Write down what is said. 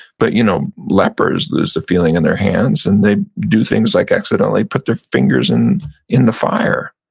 but you know lepers lose the feeling in their hands and they do things like accidentally put their fingers in in the fire.